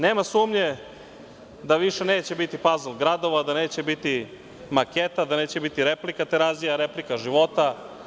Nema sumnje da više neće biti pazl gradova, da neće biti maketa, da neće biti replika Terazija, replika života.